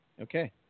Okay